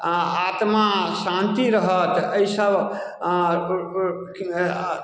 अँ आत्मा शान्ति रहत एहिसँ अँ